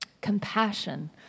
Compassion